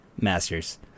Masters